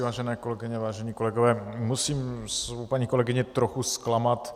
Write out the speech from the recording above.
Vážené kolegyně, vážení kolegové, musím paní kolegyni trochu zklamat.